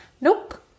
nope